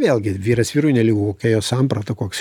vėlgi vyras vyrui nelygu kokia jo samprata koks